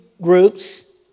groups